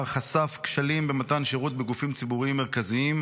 חשף כשלים במתן שירות בגופים ציבוריים מרכזיים,